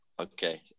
Okay